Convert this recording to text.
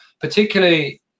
particularly